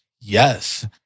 Yes